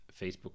Facebook